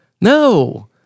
no